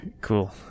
Cool